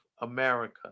America